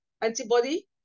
antibody